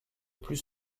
plus